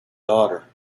daughter